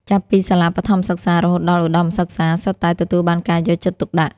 ចាប់ពីសាលាបឋមសិក្សា រហូតដល់ឧត្ដមសិក្សា សុទ្ធតែទទួលបានការយកចិត្តទុកដាក់។